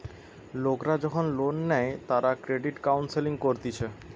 লোকরা যখন লোন নেই তারা ক্রেডিট কাউন্সেলিং করতিছে